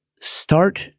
start